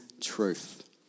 truth